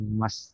mas